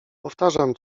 powtarzam